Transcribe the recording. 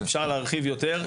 אפשר להרחיב יותר.